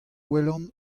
welan